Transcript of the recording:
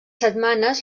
setmanes